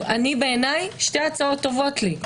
בעיניי שתי ההצעות טובות לי.